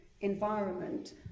environment